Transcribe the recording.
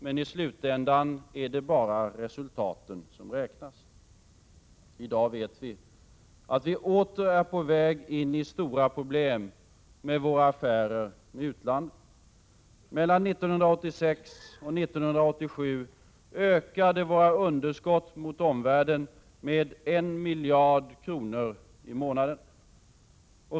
Men i slutändan är det bara resultaten som räknas. I dag vet vi att vi åter är på väg in i stora problem med våra affärer med utlandet. Mellan 1986 och 1987 ökade våra underskott mot omvärlden med 1 miljard kronor i månaden.